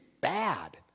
bad